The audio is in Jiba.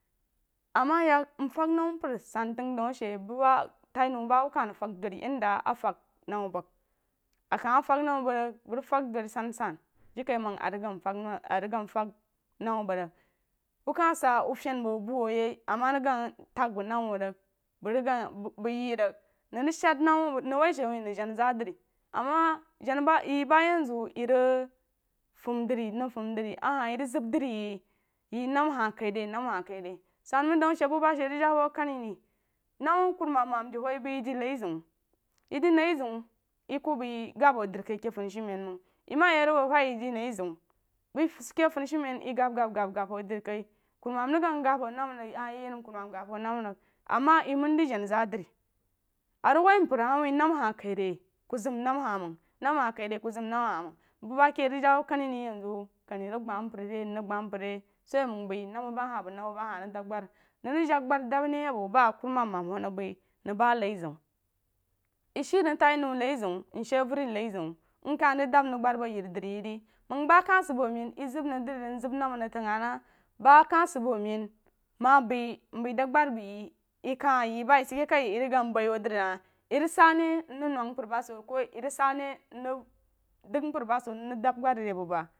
Ama yek məng fəng dzam mpər snn tang dəu a she bu wak tai nou ba wub ka rig fəng dori yed da a fəng nam bang a kah ma fang nam bəng rig bəng rig fung duri sansan jirikaiməng a rig gan fang rig gan nam bong rig wuh kah sa wuh fang bəng buwu yei ama rig gan tang bəng nam wuh rí bu rig gan bu ye rig nəmarig shan nama nəng wuh she nah janazaadri ama najani ba ye ba yenzu ye rig fumdri mrig fumdri ye rig zem drí yí ye nam hah kairi nam hah kairi sanməng dau ashe bu ba she rig jawo kaniri nam kurumam mam de wuh yi bəi yi di nai zeun yi di nai zeun yi ku bəi gab wuh dri kai a ke funishumen məng yi ba yek rig abo wuhi yi di nai zeun bəi sid ke funishumen yi gab gab gab wuh dri kai kurumam rig gang gab wuh nama rig ah yí nam kurumam gab wuh nama rig ama yi man dí janazadrí a rig wuh mpər hah woi nama ah kai rí ku zam nama hah məng nama ah kai ri ku zam nama hah məng bu ba ke rig jawu kani ri kani rig gbah mpər ri mrig gbah mpər so a rig wuh məng bəi nama ba hah bəng nama hah rig dabgri nəng rig jng gbri ne abo ba a kurumam mam wuh nəng bəi ndng ba nai zeun yi shíí nəng tai nou naí zeun mshíí avəri nai zeun mkah rig dab nəng gbri bo yeri dri yi rí məng ba kah sid abo men yi zam nəng drí rig mzam nama rig tin hah nah ba kah sad abo men ma bəi mbəi dabgri bəng yi yi kah yi ba yi sid ke kai yirig dəng bai huh dri rig hah yi rig sa nemng nug mpər ba su ka ri rig sa nah mrig dəng mpər ba so mrig damgbri ti bo bəng